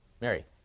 Mary